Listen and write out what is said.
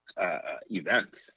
events